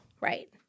Right